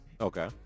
okay